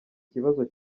kibazo